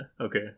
Okay